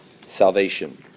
salvation